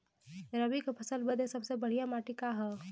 रबी क फसल बदे सबसे बढ़िया माटी का ह?